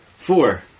Four